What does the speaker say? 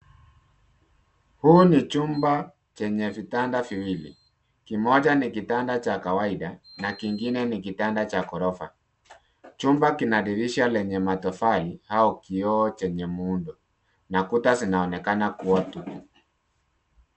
Huu ni chumba chenye vitanda viwili. Kimoja ni kitanda cha kawaida na lingine ni kitanda cha ghorofa. Chumba kina dirisha lenye matofali au kioo chenye muundo na kuta zinaonekana kuwa tulivu.